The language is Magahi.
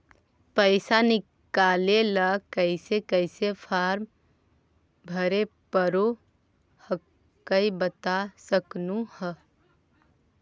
पैसा निकले ला कैसे कैसे फॉर्मा भरे परो हकाई बता सकनुह?